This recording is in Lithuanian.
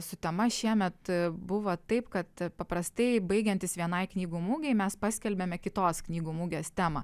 su tema šiemet buvo taip kad paprastai baigiantis vienai knygų mugei mes paskelbiame kitos knygų mugės temą